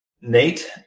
Nate